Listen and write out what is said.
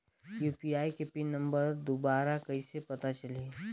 UPI के PIN number दुबारा कइसे पता चलही?